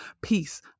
Peace